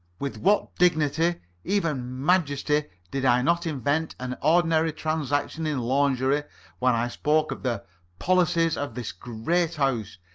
with what dignity even majesty did i not invest an ordinary transaction in lingerie, when i spoke of the policy of this great house!